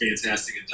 fantastic